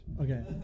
Okay